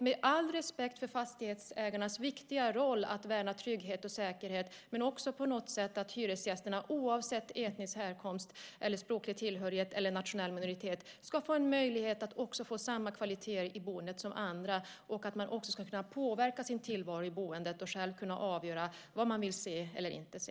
Med all respekt för fastighetsägarnas viktiga roll att värna trygghet och säkerhet ska hyresgästerna, oavsett etnisk härkomst, språklig tillhörighet eller nationell minoritet få möjlighet att ha samma kvaliteter i boendet som andra. Man ska också kunna påverka sin tillvaro i boendet och själv kunna avgöra vad man vill se eller inte se.